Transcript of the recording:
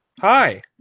Hi